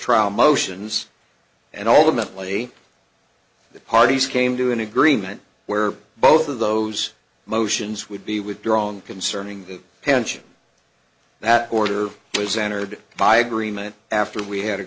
trial motions and all the mentally the parties came to an agreement where both of those motions would be withdrawn concerning the pension that order was entered by agreement after we had a